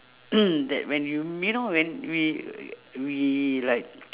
that when y~ you know when we uh we like